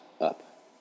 up